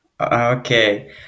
okay